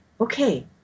okay